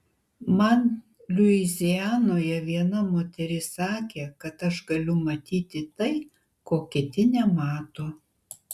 man luizianoje viena moteris sakė kad aš galiu matyti tai ko kiti nemato